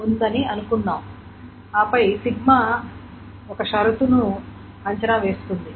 ఉందని అనుకుందాం ఆపై సిగ్మా ఒక షరతును అంచనా వేస్తుంది